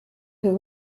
who